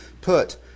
put